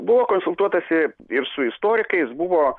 buvo konsultuotasi ir su istorikais buvo